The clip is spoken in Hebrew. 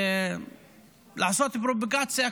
לעשות פרובוקציה,